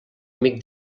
amic